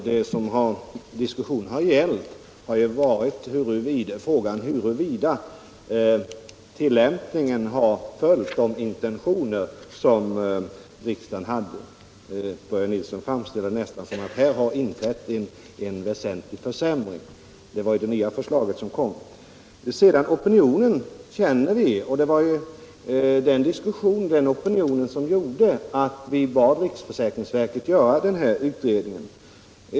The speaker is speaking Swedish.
Herr talman! Diskussionen har gällt huruvida tillämpningen av de förändringar som företogs 1976 har följt de intentioner som riksdagen hade. Börje Nilsson framställde det som om här inträtt en väsentlig försämring. Opinionen känner vi. Det var den opinionen som gjorde att vi bad riksförsäkringsverket göra utredningen.